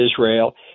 Israel